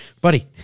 Buddy